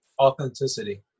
authenticity